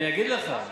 אני אגיד לך,